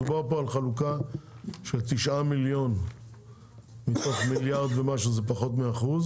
מדובר פה על חלוקה של 9 מיליון מתוך מיליארד ומשהו פחות מאחוז